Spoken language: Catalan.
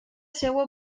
seua